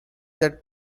that